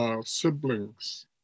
Siblings